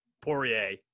Poirier